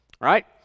right